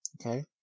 Okay